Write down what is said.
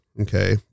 Okay